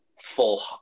full